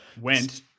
Went